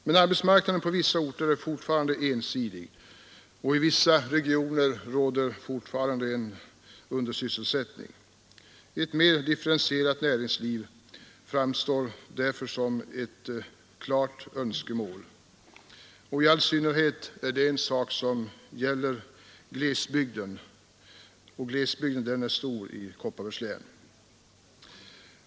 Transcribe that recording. Men arbetsmarknaden på vissa orter är fortfarande ensidig, och i vissa regioner råder en undersysselsättning. Ett mer differentierat näringsliv framstår därför som ett klart önskemål. I all synnerhet gäller detta glesbygden, som är stor i Kopparbergs län.